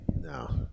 No